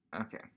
Okay